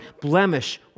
blemish